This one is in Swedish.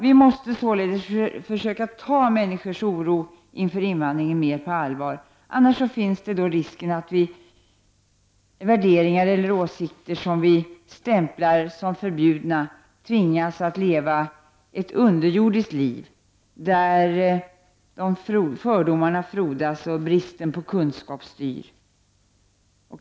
Vi måste således försöka ta människors oro inför invandringen mer på allvar, annars finns risken att människor med värderingar eller åsikter som vi stämplar som förbjudna tvingas att leva ett underjordiskt liv där fördomarna frodas och där bristen på kunskap styr.